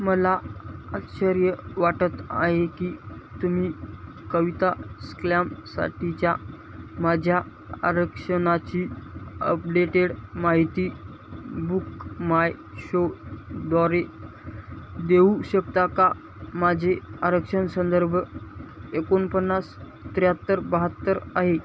मला आश्चर्य वाटत आहे की तुम्ही कविता स्क्लॅमसाठीच्या माझ्या आरक्षणाची अपडेटेड माहिती बुक माय शोद्वारे देऊ शकता का माझे आरक्षण संदर्भ एकोणपन्नास त्र्याहत्तर बहात्तर आहे